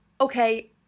okay